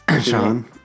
Sean